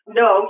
no